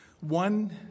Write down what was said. One